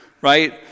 right